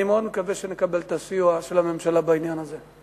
אני מאוד מקווה שנקבל את הסיוע של הממשלה בעניין הזה.